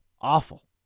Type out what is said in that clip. awful